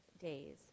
days